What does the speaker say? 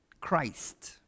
christ